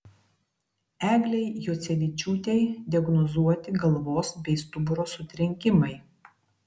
eglei juocevičiūtei diagnozuoti galvos bei stuburo sutrenkimai